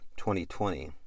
2020